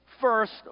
first